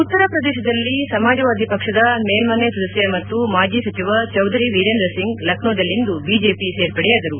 ಉತ್ತರ ಪ್ರದೇಶದಲ್ಲಿ ಸಮಾಜವಾದಿ ಪಕ್ಷದ ಮೇಲ್ಮನೆ ಸದಸ್ಯ ಮತ್ತು ಮಾಜಿ ಸಚಿವ ಚೌಧರಿ ವಿರೇಂದ್ರ ಸಿಂಗ್ ಲಕ್ನೊದಲ್ಲಿಂದು ಬಿಜೆಪಿ ಸೇರ್ಪಡೆಯಾದರು